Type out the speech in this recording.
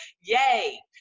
yay